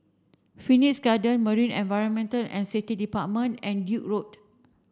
Phoenix Garden Marine Environment and Safety Department and Duke Road